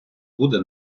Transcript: буде